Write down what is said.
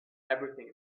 everything